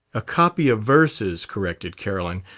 a copy of verses, corrected carolyn,